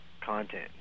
content